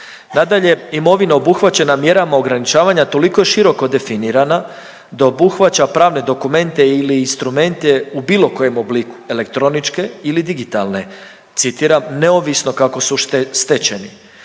Nadalje, imovina obuhvaćena mjerama ograničavanja toliko je široko definirana da obuhvaća pravne dokumente ili instrumente u bilo kojem obliku, elektroničke ili digitalne, citiram, neovisno kako su stečeni.